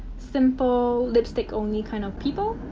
simple, lipstick-only kind of people.